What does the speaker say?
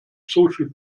social